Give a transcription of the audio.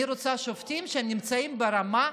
אני רוצה שופטים שנמצאים ברמה גבוהה,